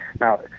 Now